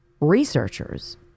Researchers